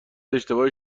اشتباهی